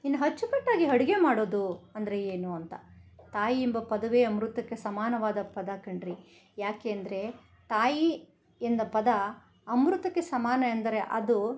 ಇನ್ನು ಅಚ್ಚುಕಟ್ಟಾಗಿ ಅಡುಗೆ ಮಾಡೋದು ಅಂದರೆ ಏನು ಅಂತ ತಾಯಿ ಎಂಬ ಪದವೇ ಅಮೃತಕ್ಕೆ ಸಮಾನವಾದ ಪದ ಕಣ್ರೀ ಏಕೆಂದ್ರೆ ತಾಯಿ ಎಂಬ ಪದ ಅಮೃತಕ್ಕೆ ಸಮಾನ ಎಂದರೆ ಅದು